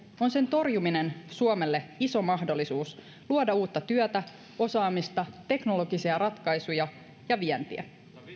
on sen torjuminen suomelle iso mahdollisuus luoda uutta työtä osaamista teknologisia ratkaisuja ja vientiä